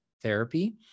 Therapy